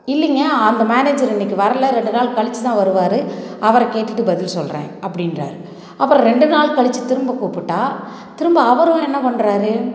இல்லைங்க அந்த மேனேஜரு இன்றைக்கு வரலை ரெண்டு நாள் கழித்து தான் வருவார் அவரை கேட்டுவிட்டு பதில் சொல்கிறேன் அப்படின்றாரு அப்புறம் ரெண்டு நாள் கழித்து திரும்ப கூப்பிட்டா திரும்ப அவரும் என்ன பண்ணுறாரு